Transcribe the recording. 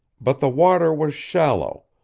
but the water was shallow,